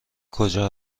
کجا